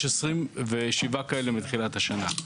יש 27 כאלה מתחילת השנה.